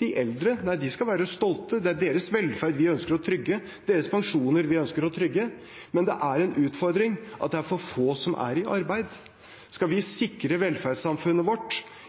de eldre. Nei, de skal være stolte. Det er deres velferd vi ønsker å trygge, deres pensjoner vi ønsker å trygge, men det er en utfordring at det er for få som er i arbeid. Skal vi sikre velferdssamfunnet vårt,